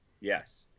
Yes